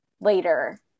later